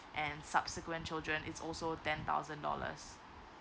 and subsequent children is also ten thousand dollars